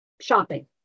shopping